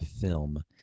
film